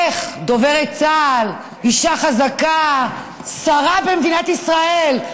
איך דוברת צה"ל, אישה חזקה, שרה במדינת ישראל,